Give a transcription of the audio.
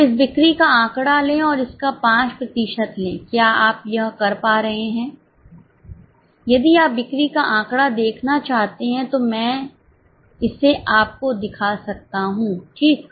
तो इस बिक्री का आंकड़ा लें और इसका 5 प्रतिशत लेंक्या आप यह कर पा रहे हैं यदि आप बिक्री का आंकड़ा देखना चाहते हैं तो मैं इसे आपको दिखा सकता हूं ठीक